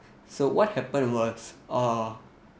so what happen was uh